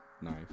knife